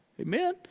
amen